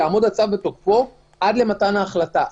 יעמוד הצו בתוקף עד למתן ההחלטה.